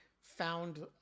found